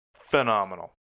phenomenal